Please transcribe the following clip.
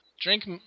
Drink